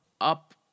up